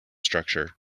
structure